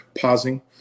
pausing